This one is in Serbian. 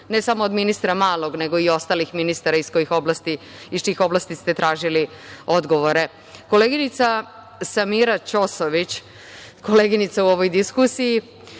ne samo od ministra Malog, nego i ostalih ministara iz čijih oblasti ste tražili odgovore. Koleginica Samira Ćosović u ovoj diskusiji